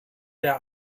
der